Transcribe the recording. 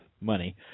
money